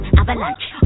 avalanche